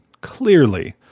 clearly